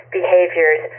behaviors